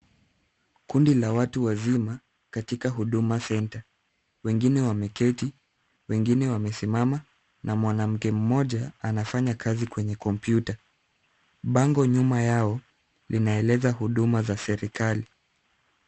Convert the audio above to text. Kundi la watu wazima katika huduma center . Wengine wameketi, wengine wamesimama na mwanamke mmoja anafanya kazi kwenye kompyuta. Bango nyuma yao linaeleza huduma za serikali.